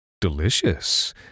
Delicious